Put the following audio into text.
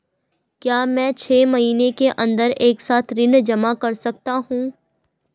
क्या मैं छः महीने के अन्दर एक साथ ऋण जमा कर सकता हूँ?